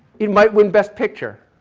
you might win best picture,